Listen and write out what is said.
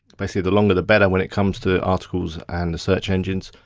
i say, the longer the better when it comes to articles and the search engines.